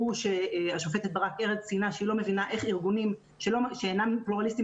השופטת ברק-ארז ציינה שהיא לא מבינה איך ארגונים שאינם פלורליסטים